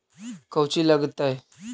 कौची लगतय?